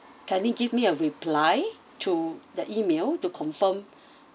kindly give me a reply to the email to confirm